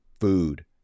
food